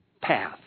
path